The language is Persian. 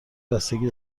بستگی